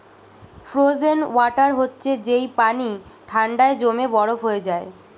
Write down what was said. frozen water হচ্ছে যেই পানি ঠান্ডায় জমে বরফ হয়ে যায়